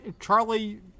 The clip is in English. Charlie